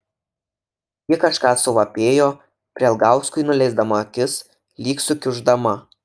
ji kažką suvapėjo prielgauskui nuleisdama akis lyg sukiuždama